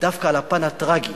דווקא על הפן הטרגי,